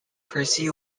pursue